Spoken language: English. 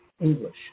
English